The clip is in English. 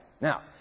Now